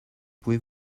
pouvez